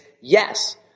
yes